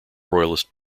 royalist